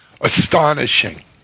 astonishing